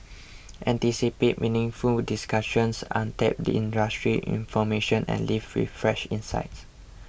anticipate meaningful discussions untapped industry information and leave with fresh insights